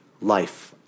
Life